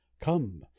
Come